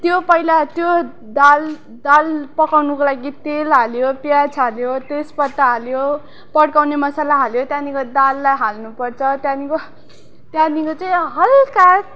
त्यो पहिला त्यो दाल दाल पकाउनुको लागि तेल हाल्यो प्याज हाल्यो तेज पत्ता हाल्यो पडकाउने मसला हाल्यो त्यहाँदेखि दाललाई हाल्नु पर्छ त्यहाँदेखिको त्यहाँदेखिको चाहिँ हल्का